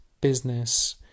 business